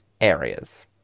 areas